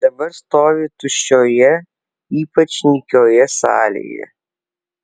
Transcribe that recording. dabar stovi tuščioje ypač nykioje salėje